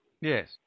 Yes